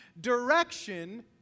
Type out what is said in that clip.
Direction